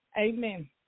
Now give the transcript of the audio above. Amen